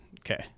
okay